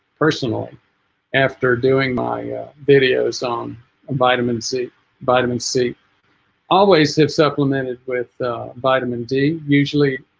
personally after doing my videos on a vitamin c vitamin c always have supplemented with vitamin d usually